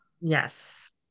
yes